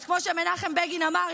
אז כמו שמנחם בגין אמר,